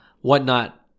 WhatNot